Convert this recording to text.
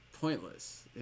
pointless